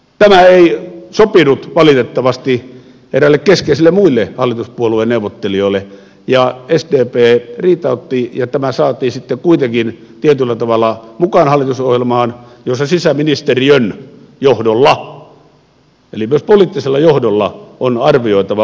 tämä ei sopinut valitettavasti eräille keskeisille muille hallituspuolueen neuvottelijoille ja sdp riitautti asian ja tämä saatiin sitten kuitenkin tietyllä tavalla mukaan hallitusohjelmaan että sisäministeriön johdolla eli myös poliittisella johdolla on arvioitava voimavarojen kohdentamista